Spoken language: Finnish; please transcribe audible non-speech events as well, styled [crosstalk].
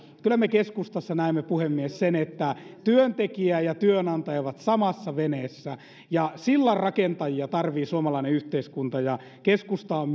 kyllä me keskustassa näemme puhemies että työntekijä ja työnantaja ovat samassa veneessä sillanrakentajia tarvitsee suomalainen yhteiskunta ja keskusta on [unintelligible]